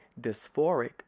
dysphoric